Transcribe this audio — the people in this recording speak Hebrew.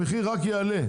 המחיר רק יעלה.